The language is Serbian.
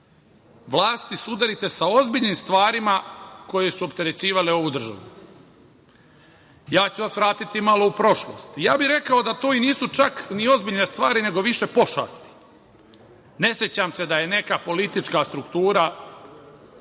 vlasti sudarite sa ozbiljnim stvarima koje su opterećivale ovu državu. Ja ću vas vratiti malo u prošlost. Ja bih rekao da to i nisu čak ni ozbiljne stvari, nego više pošasti. Ne sećam se da je neka politička struktura